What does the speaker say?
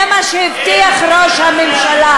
זה מה שהבטיח ראש הממשלה,